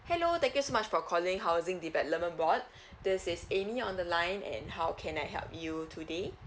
hello thank you so much for calling housing development board this is amy on the line and how can I help you today